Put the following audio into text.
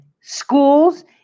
schools